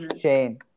Shane